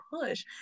push